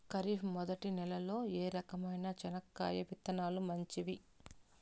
ఖరీఫ్ మొదటి నెల లో ఏ రకమైన చెనక్కాయ విత్తనాలు మంచివి